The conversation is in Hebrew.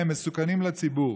והם מסוכנים לציבור.